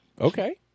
Okay